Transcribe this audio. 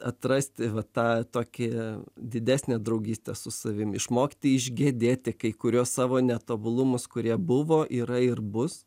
atrasti va tą tokį didesnę draugystę su savim išmokti išgedėti kai kuriuos savo netobulumus kurie buvo yra ir bus